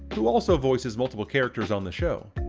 who also voices multiple characters on the show.